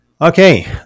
Okay